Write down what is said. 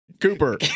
Cooper